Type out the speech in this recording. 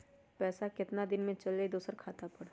पैसा कितना दिन में चल जाई दुसर खाता पर?